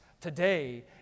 today